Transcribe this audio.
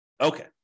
Okay